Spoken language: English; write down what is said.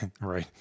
right